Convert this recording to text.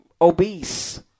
obese